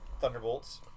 Thunderbolts